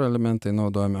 elementai naudojami